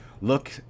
look